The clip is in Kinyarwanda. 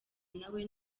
nawe